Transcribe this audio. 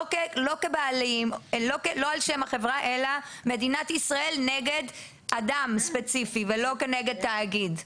לא על שם החברה אלא מדינת ישראל נגד אדם ספציפי ולא כנגד תאגיד.